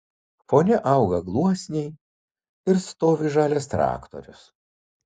fone auga gluosniai ir stovi žalias traktorius